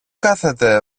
κάθεται